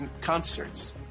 concerts